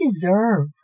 deserve